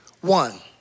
one